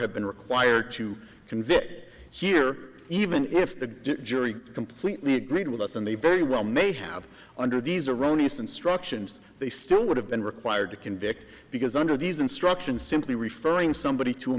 have been required to convey it here even if the jury completely agreed with us and they very well may have under these erroneous instructions they still would have been required to convict because under these instruction simply referring somebody to a